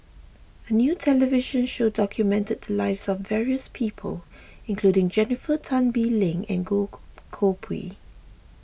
a new television show documented the lives of various people including Jennifer Tan Bee Leng and Goh Koh Pui